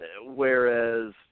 Whereas